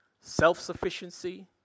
self-sufficiency